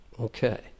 Okay